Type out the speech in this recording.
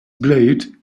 blade